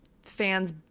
Fans